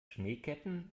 schneeketten